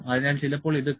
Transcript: അതിനാൽ ചിലപ്പോൾ ഇത് Q